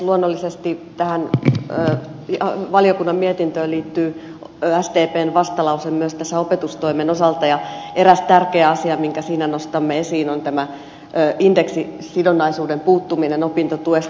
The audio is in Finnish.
luonnollisesti tähän valiokunnan mietintöön liittyy sdpn vastalause myös tämän opetustoimen osalta ja eräs tärkeä asia minkä siinä nostamme esiin on tämä indeksisidonnaisuuden puuttuminen opintotuesta